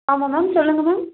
ஆமாம் மேம் சொல்லுங்க மேம்